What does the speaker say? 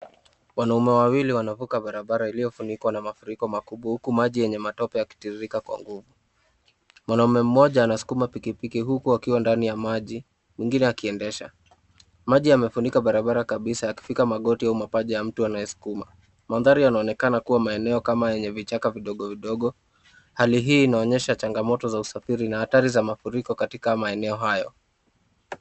Wanaume wawili wanavuka barabara iliyofurika na mafuriko makubwa, huku mwaji yenye matope yakitirika kwa nguvu. Mwanamume mmoja anaskuma pikipiki huku akiwa ndani ya maji mwingine akiendesha. Maji yamefunika barabara kabisa yakifika magoti au mapaja ya mtu anayesukuma. Mandhari yanaonekana kuwa maeneo yenye vichaka vidogo vidogo, haii hii inaonyesha changamoto za usafiri na hatari za mafuriko katika maeneo hayo.